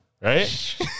right